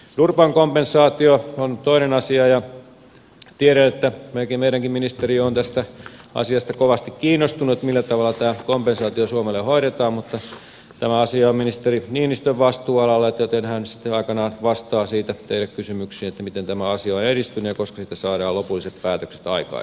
durban kompensaatio on toinen asia ja tiedän että meidänkin ministeriö on tästä asiasta kovasti kiinnostunut millä tavalla tämä kompensaatio suomelle hoidetaan mutta tämä asia on ministeri niinistön vastuualalla joten hän sitten aikanaan vastaa siitä teille kysymyksiin miten tämä asia on edistynyt ja koska siitä saadaan lopulliset päätökset aikaiseksi